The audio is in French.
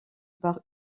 par